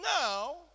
now